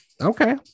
okay